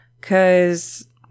Cause